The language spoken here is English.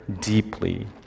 deeply